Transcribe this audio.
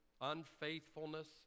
unfaithfulness